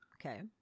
Okay